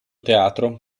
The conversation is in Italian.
teatro